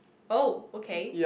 oh okay